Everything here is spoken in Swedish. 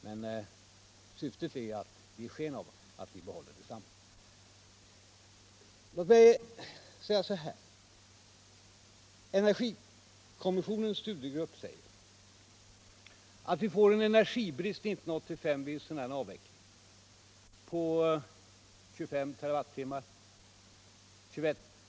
Men syftet är att ge sken av att ni behåller samma startpunkt. Låt mig säga så här: Energikommissionens studiegrupp säger att vi vid en sådan avveckling kommer att få en energibrist 1985 på 25 terawattimmar.